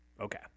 okay